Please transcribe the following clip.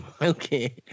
okay